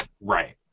Right